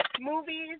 movies